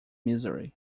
misery